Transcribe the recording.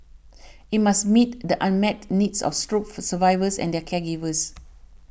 it must meet the unmet needs of stroke for survivors and their caregivers